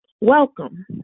Welcome